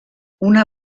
una